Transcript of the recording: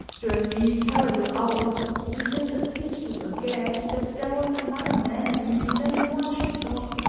during these terrible hours, brigitte appeared to forget that there was another man in me than the one she saw.